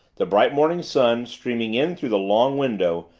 the bright morning sun, streaming in through the long window,